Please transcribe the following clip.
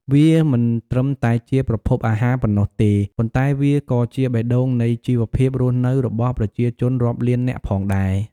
វាមិនត្រឹមតែជាប្រភពអាហារប៉ុណ្ណោះទេ ប៉ុន្តែវាក៏ជាបេះដូងនៃជីវភាពរស់នៅរបស់ប្រជាជនរាប់លាននាក់ផងដែរ។